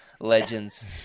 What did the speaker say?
Legends